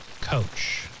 coach